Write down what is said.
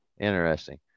Interesting